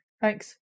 thanks